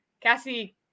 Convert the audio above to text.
Cassie